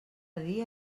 dia